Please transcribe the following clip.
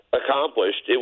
accomplished